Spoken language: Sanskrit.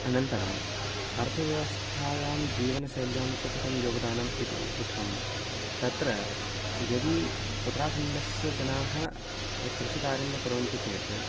अनन्तरम् अर्थव्यवस्थायां जीवनशैल्यां च कथं योगदानम् इति उक्तं तत्र यदि उत्राखण्डस्य जनाः कृषिकार्यं न कुर्वन्ति चेत्